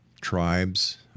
tribes